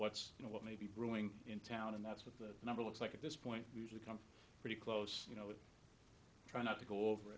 what's you know what may be brewing in town and that's what the number looks like at this point we usually come pretty close you know trying not to go over